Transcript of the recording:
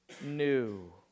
new